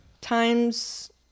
Times